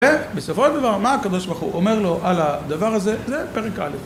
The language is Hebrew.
ובסופו של דבר מה הקדוש ברוך הוא אומר לו על הדבר הזה? זה פרק א'